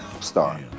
star